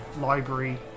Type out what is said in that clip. library